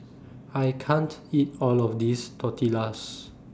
I can't eat All of This Tortillas